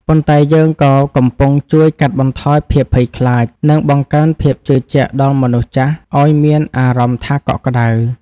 ប៉ុន្តែយើងក៏កំពុងជួយកាត់បន្ថយភាពភ័យខ្លាច និងបង្កើនភាពជឿជាក់ដល់មនុស្សចាស់ឱ្យមានអារម្មណ៍ថាកក់ក្ដៅ។